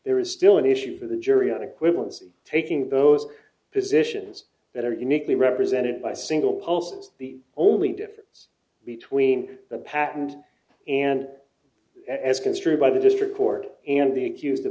there is still an issue for the jury an equivalency taking those positions that are uniquely represented by a single pulse the only difference between the patent and as construed by the district court and the ac